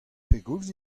pegoulz